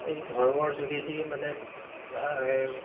এই ধৰ্মৰ যোগেদিয়ে মানে